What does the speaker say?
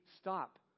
stop